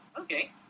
Okay